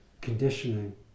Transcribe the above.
conditioning